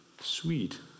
Sweet